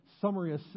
summary